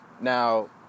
Now